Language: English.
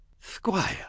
Squire